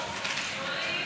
מברוכּ, שולי,